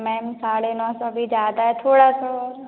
ma'am साढ़े नौ सौ भी ज़्यादा है थोड़ा सा और